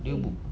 eh